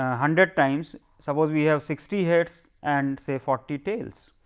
ah hundred times, suppose we have sixty heads, and say forty tails.